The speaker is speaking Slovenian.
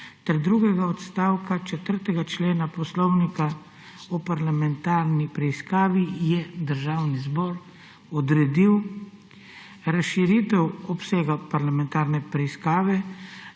drugega odstavka 4. člena Poslovnika o parlamentarni preiskavi je Državni zbor odredil razširitev obsega parlamentarne preiskave